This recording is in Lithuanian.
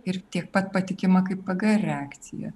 ir tiek pat patikima kaip pgr reakcija